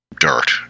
dirt